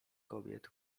kobiet